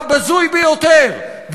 הבזוי ביותר,